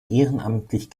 ehrenamtlich